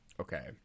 okay